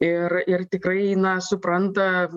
ir ir tikrai na supranta